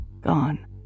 Gone